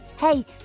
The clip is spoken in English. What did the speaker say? Hey